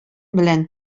белән